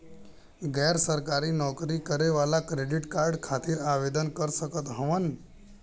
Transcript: गैर सरकारी नौकरी करें वाला क्रेडिट कार्ड खातिर आवेदन कर सकत हवन?